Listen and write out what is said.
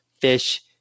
fish